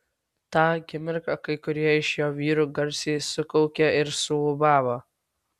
tą akimirką kai kurie iš jo vyrų garsiai sukaukė ir suūbavo